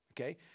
okay